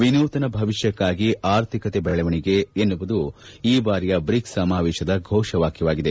ವಿನೂತನ ಭವಿಷ್ಠಕ್ಕಾಗಿ ಆರ್ಥಿಕತೆ ಬೆಳವಣಿಗೆ ಎನ್ನುವುದು ಈ ಬಾರಿಯ ಬ್ರಿಕ್ ಸಮಾವೇಶದ ಘೋಷವಾಕ್ಲವಾಗಿದೆ